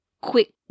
quick